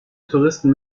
touristen